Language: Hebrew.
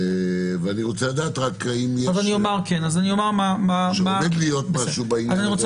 אני רוצה לדעת שעומד להיות משהו בעניין הזה.